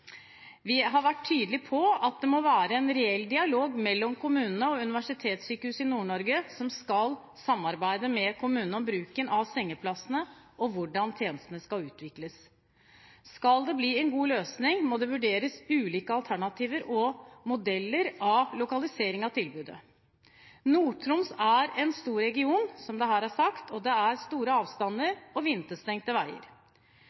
Vi har vært tydelige på at det må være en reell dialog mellom kommunene og Universitetssykehuset Nord-Norge, som skal samarbeide med kommunene om bruken av sengeplassene, og hvordan tjenestene skal utvikles. Skal det bli en god løsning, må det vurderes ulike alternativer og modeller av lokaliseringen av tilbudet. Nord-Troms er en stor region, som det her er sagt, og det er store avstander og vinterstengte veier.